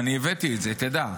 אני הבאתי את זה, תדע.